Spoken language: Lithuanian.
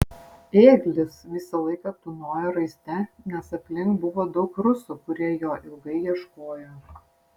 ėglis visą laiką tūnojo raiste nes aplink buvo daug rusų kurie jo ilgai ieškojo